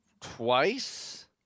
twice